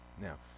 now